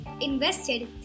invested